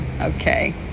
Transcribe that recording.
okay